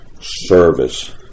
service